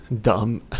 dumb